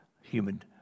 human